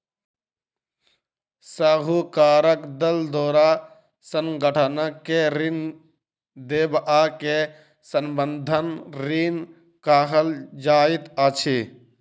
साहूकारक दल द्वारा संगठन के ऋण देबअ के संबंद्ध ऋण कहल जाइत अछि